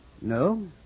No